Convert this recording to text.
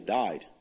died